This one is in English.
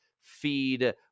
feed